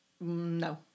No